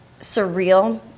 surreal